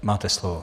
Máte slovo.